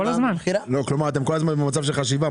אתם כל הזמן נמצאים במצב של חשיבה.